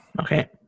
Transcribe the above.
Okay